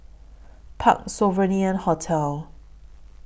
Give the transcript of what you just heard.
Parc Sovereign Hotel